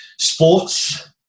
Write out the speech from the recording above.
sports